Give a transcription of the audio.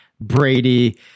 Brady